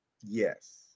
Yes